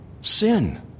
sin